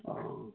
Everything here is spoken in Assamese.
অঁ